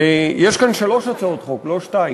יש כאן שלוש הצעות חוק, לא שתיים,